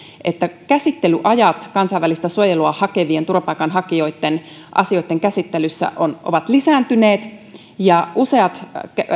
että käsittelyajat kansainvälistä suojelua hakevien turvapaikanhakijoitten asioitten käsittelyssä ovat pidentyneet ja useat